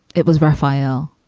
it was rafael.